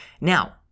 Now